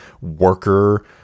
worker